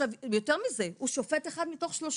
יותר מזה, הוא שופט אחד מתוך שלושה.